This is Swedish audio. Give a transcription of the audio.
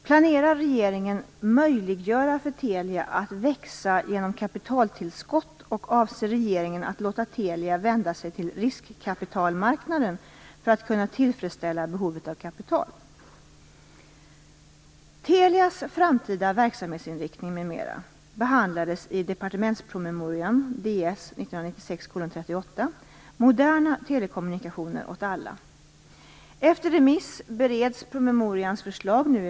Planerar regeringen möjliggöra för Telia att växa genom kapitaltillskott, och avser regeringen att låta Telia vända sig till riskkapitalmarknaden för att kunna tillfredsställa behovet av kapital?